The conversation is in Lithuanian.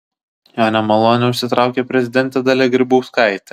jo nemalonę užsitraukė prezidentė dalia grybauskaitė